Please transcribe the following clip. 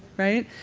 right?